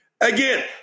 Again